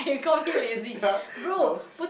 ya no